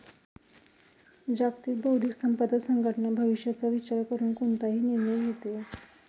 जागतिक बौद्धिक संपदा संघटना भविष्याचा विचार करून कोणताही निर्णय घेते